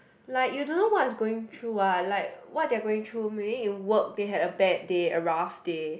like you don't know what is going through what like what their going through maybe in work they had a bad day a rough day